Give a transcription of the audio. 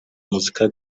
muzika